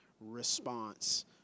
response